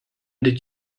did